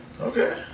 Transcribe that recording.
Okay